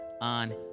on